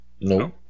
No